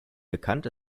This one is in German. bekannt